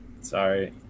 Sorry